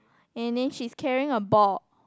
and then she's carrying a ball